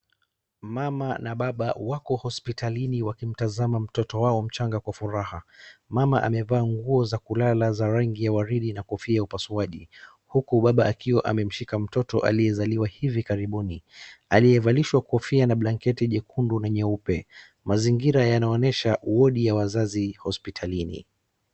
Mama na baba wako hospitalini wakimtazama mtoto wao mchanga kwa furaha. Mama amevaa nguo za kulala za rangi ya waridi na kofia ya upasuaji huku baba akiwa amemshika mtoto aliyezaliwa hivi karibuni, aliyevalishwa kofia na blanketi jekundu na nyeupe. Mazingira yanaonyesha wodi ya wazazi hospitalini.